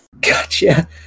Gotcha